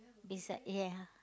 beside ya